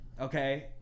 okay